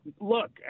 look